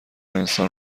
انسان